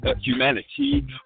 humanity